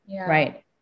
right